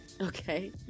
Okay